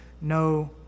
no